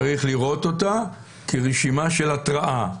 צריך לראות אותה כרשימה של התרעה.